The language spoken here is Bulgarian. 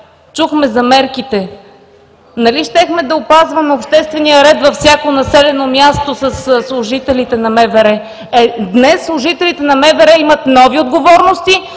чухме за мерките. Нали щяхме да опазваме обществения ред във всяко населено място със служителите на МВР?! Днес служителите на МВР имат нови отговорности,